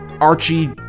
archie